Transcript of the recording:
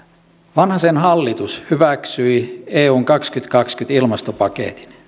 vanhasen hallitus hyväksyi eun kaksituhattakaksikymmentä ilmastopaketin